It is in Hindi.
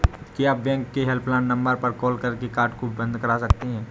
क्या बैंक के हेल्पलाइन नंबर पर कॉल करके कार्ड को बंद करा सकते हैं?